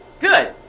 Good